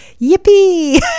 yippee